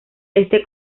este